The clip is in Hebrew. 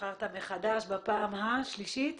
נבחרת מחדש בפעם השלישית?